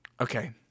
Okay